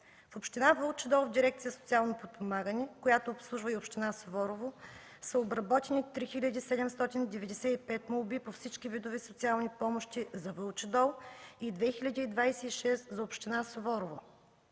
В община Вълчи дол, в Дирекция „Социално подпомагане”, която обслужва и община Суворово, са обработени 3795 молби по всички видове социални помощи за Вълчи дол и 2026 – за община Суворово.